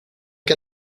que